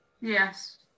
Yes